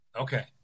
Okay